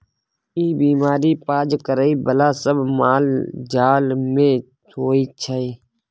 ई बीमारी पाज करइ बला सब मालजाल मे होइ छै